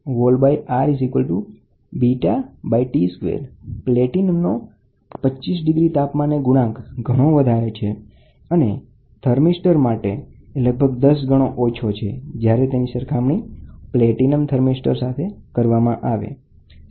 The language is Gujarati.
પ્લેટિનમનો 25 ડિગ્રી સેલ્સિયસે તાપમાનનો ગુણાંક એ આટલો છે અને થર્મિસ્ટર માટે સામાન્ય રીતે આટલો હોય છે બરાબર તે ગણો ઓછો છે જે પ્લેટિનમ થર્મિસ્ટરની તુલનામાં સંવેદનશીલતા કરતા 10 ગણો વધારે છે